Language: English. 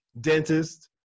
dentist